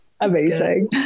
Amazing